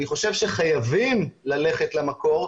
אני חושב שחייבים ללכת למקור,